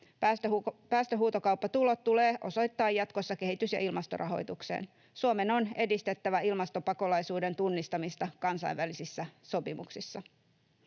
Päästöhuutokauppatulot tulee osoittaa jatkossa kehitys- ja ilmastorahoitukseen. Suomen on edistettävä ilmastopakolaisuuden tunnistamista kansainvälisissä sopimuksissa.